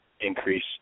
increase